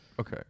Okay